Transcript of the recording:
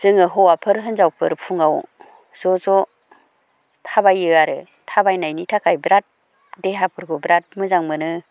जोङो हौवाफोर हिनजावफोर फुङाव ज'ज' थाबायो आरो थाबायनायनि थाखाय बिराद देहाफोरखौ बेराद मोजां मोनो